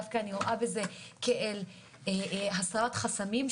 אלא רואה בזה הסרת חסמים,